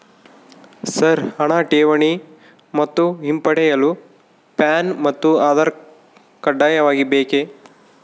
Sir ಹಣ ಠೇವಣಿ ಮತ್ತು ಹಿಂಪಡೆಯಲು ಪ್ಯಾನ್ ಮತ್ತು ಆಧಾರ್ ಕಡ್ಡಾಯವಾಗಿ ಬೇಕೆ?